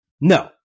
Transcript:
No